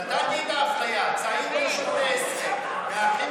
נתתי את האפליה: צעיר בן 18 מהאחים